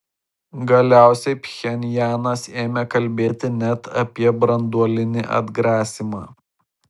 galiausiai pchenjanas ėmė kalbėti net apie branduolinį atgrasymą